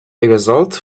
irresolute